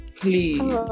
please